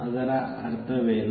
ಅದರ ಅರ್ಥವೇನು